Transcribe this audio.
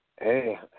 Hey